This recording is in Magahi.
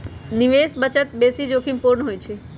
निवेश बचत से बेशी जोखिम पूर्ण होइ छइ